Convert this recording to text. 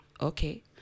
okay